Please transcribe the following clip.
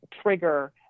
trigger